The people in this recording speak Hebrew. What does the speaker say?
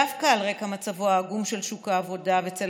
דווקא על רקע מצבו העגום של שוק העבודה בצל